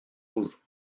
rouges